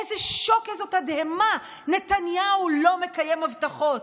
איזה שוק, איזו תדהמה, נתניהו לא מקיים הבטחות.